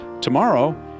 Tomorrow